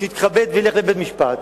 יתכבד וילך לבית-משפט,